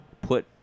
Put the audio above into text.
put